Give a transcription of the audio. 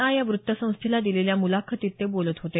I या वृत्तसंस्थेला दिलेल्या मुलाखतीत ते बोलत होते